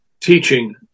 teaching